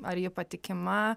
ar ji patikima